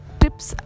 tips